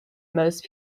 most